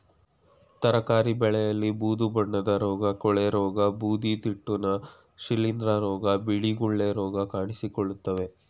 ತರಕಾರಿ ಬೆಳೆಯಲ್ಲಿ ಬೂದು ಬಣ್ಣದ ರೋಗ, ಕೊಳೆರೋಗ, ಬೂದಿತಿಟ್ಟುನ, ಶಿಲಿಂದ್ರ ರೋಗ, ಬಿಳಿ ಗುಳ್ಳೆ ರೋಗ ಕಾಣಿಸಿಕೊಳ್ಳುತ್ತವೆ